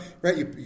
right